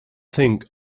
think